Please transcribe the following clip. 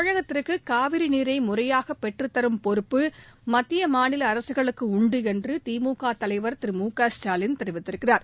தமிழகத்திற்கு காவிரி நீரை முறையாக பெற்றத் தரும் பொறுப்பு மத்திய மாநில அரசுகளுக்கு உண்டு என்று திமுக தலைவர் திரு மு க ஸ்டாலின் கூறியிருக்கிறார்